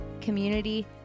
community